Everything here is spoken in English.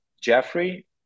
Jeffrey